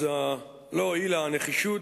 אז לא הועילה הנחישות,